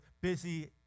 busy